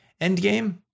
Endgame